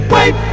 Wait